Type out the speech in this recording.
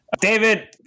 David